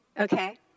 Okay